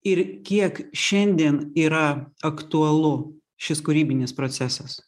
ir kiek šiandien yra aktualu šis kūrybinis procesas